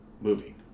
moving